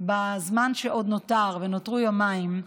בזמן שעוד נותר, ונותרו יומיים,